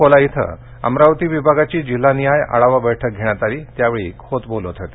अकोला इथं अमरावती विभागाची जिल्हानिहाय आढावा बैठक घेण्यात आली त्यावेळी खोत बोलत होते